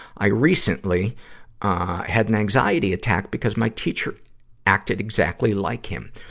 i recently ah had an anxiety attack because my teacher acted exactly like him,